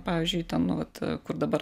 pavyzdžiui ten nu vat kur dabar